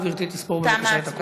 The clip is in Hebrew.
גברתי תספור, בבקשה, את הקולות.